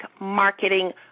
marketing